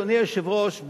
אדוני היושב-ראש,